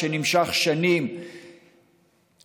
שנמשך שנים ארוכות,